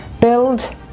Build